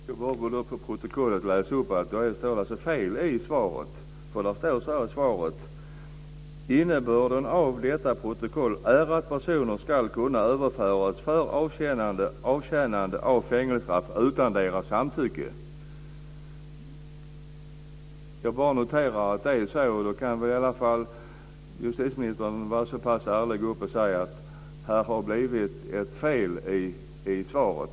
Fru talman! Får jag då lov att till protokollet läsa att det står fel i svaret. Det står i svaret att "innebörden av detta protokoll är att personer ska kunna överföras för avtjänande av fängelsestraff utan deras samtycke". Jag noterar att det är så. Då kan i alla fall justitieministern vara så pass ärlig och säga att här har blivit ett fel i svaret.